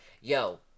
yo